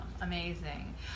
Amazing